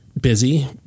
busy